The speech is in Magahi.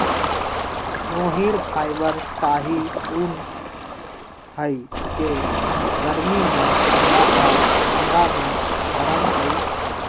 मोहिर फाइबर शाहि उन हइ के गर्मी में ठण्डा आऽ ठण्डा में गरम होइ छइ